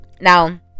Now